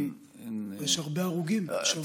יש הרבה הרוגים השבוע.